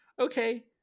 okay